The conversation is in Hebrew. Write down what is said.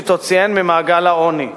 שתוציאן ממעגל העוני.